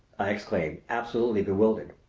i exclaimed, absolutely bewildered.